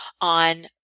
on